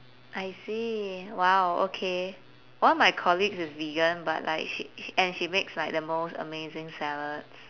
I see !wow! okay one of my colleagues is vegan but like she she and she makes like the most amazing salads